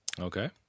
Okay